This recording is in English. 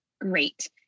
great